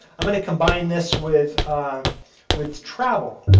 i'm going to combine this with with travel,